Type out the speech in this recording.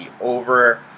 over